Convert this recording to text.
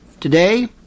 today